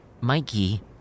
Mikey